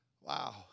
Wow